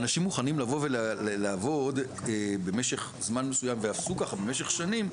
אנשים מוכנים לבוא ולעבוד במשך זמן מסוים במשך שנים,